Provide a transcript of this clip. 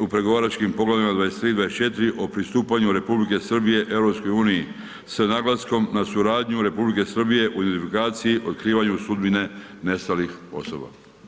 u pregovaračkim poglavljima 23. i 24. o pristupanju Republike Srbije EU-i, s naglaskom na suradnju Republike Srbije u identifikaciji i otkrivanju sudbine nestalih osoba.